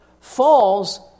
falls